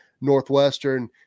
Northwestern